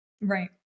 Right